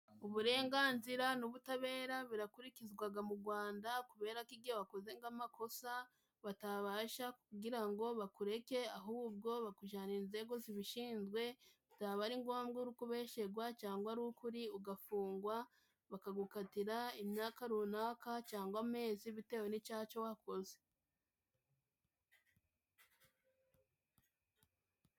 Uburenganzira n'ubutabera birakurikizwaga mu Rwanda kubera ko igihe wakoze nk'amakosa, batabasha kugira ngo bakureke ahubwo bakujyanira inzego zibishinzwe byaba ari ngombwa uri kubeshyerwa cyangwa ari ukuri ugafungwa ,bakagukatira imyaka runaka cyangwa amezi bitewe n'icyaha co wakoze.